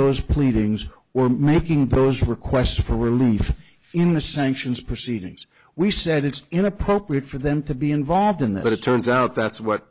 those pleadings were making those requests for relief in the sanctions proceedings we said it's inappropriate for them to be involved in that but it turns out that's what